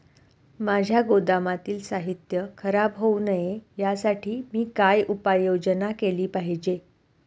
माझ्या गोदामातील साहित्य खराब होऊ नये यासाठी मी काय उपाय योजना केली पाहिजे?